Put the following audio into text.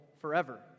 forever